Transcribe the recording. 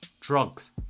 drugs